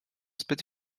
zbyt